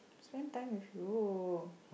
spend time with you